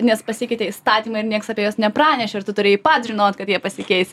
nes pasikeitė įstatymai ir nieks apie juos nepranešė ir tu turėjai pats žinot kad jie pasikeis